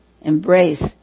Embrace